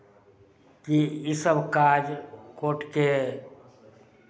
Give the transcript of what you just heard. कि इसभ काज कोर्टके